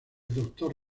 doctor